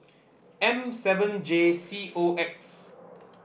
M seven J C O X